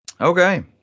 okay